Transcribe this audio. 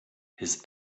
his